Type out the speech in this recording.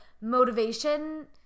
motivation